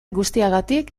guztiagatik